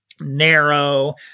narrow